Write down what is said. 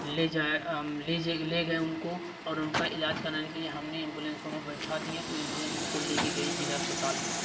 ले जाया ले गए उनको और उनका इलाज करने के लिए हमने एंबुलेंस में बैठा दिया तो एंबुलेंस उनको लेके गई जिला अस्पताल में